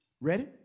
Ready